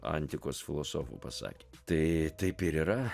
antikos filosofų pasakė tai taip ir yra